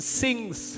sings